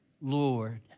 Lord